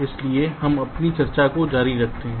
इसलिए हम अपनी चर्चा जारी रखते हैं